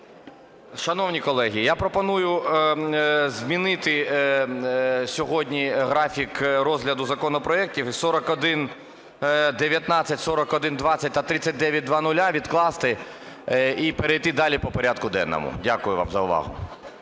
Шановні колеги, я пропоную змінити сьогодні графік розгляду законопроектів 4119, 4120 та 3900, відкласти і перейти далі по порядку денному. Дякую вам за увагу.